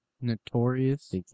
Notorious